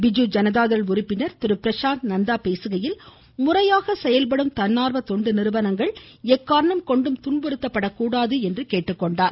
பிஜு ஜனதா தள் உறுப்பினர் திரு பிரசாந்த் நந்தா பேசுகையில் முறையாக செயல்படும் தன்னார்வ தொண்டு நிறுவனங்கள் எக்காரணம் கொண்டும் துன்புறத்தப்படக்கூடாது என்றும் கேட்டுக்கொண்டார்